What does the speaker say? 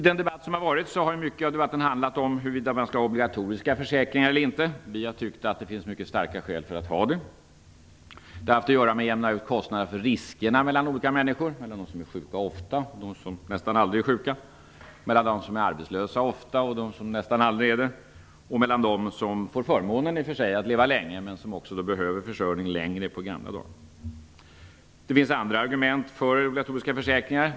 Den debatt som har förts har till stor del handlat om huruvida man skall ha obligatoriska försäkringar eller inte. Vi tycker att det finns mycket starka skäl för att de skall vara obligatoriska. Det har att göra med att man skall utjämna kostnaderna för riskerna mellan olika människor, mellan de som är sjuka ofta och de som nästan aldrig är sjuka samt mellan de som ofta är arbetslösa och de som nästan aldrig är det. Det gäller också de som har förmånen att leva länge och behöver försörjning på gamla dar. Det finns andra argument för obligatoriska försäkringar.